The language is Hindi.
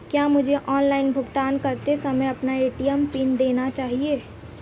क्या मुझे ऑनलाइन भुगतान करते समय अपना ए.टी.एम पिन देना चाहिए?